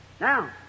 Now